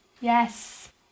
Yes